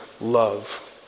love